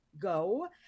Go